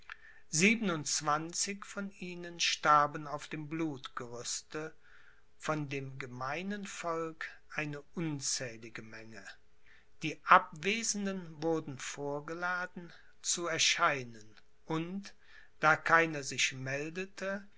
siebenundzwanzig von ihnen starben auf dem blutgerüste von dem gemeinen volk eine unzählige menge die abwesenden wurden vorgeladen zu erscheinen und da keiner sich meldete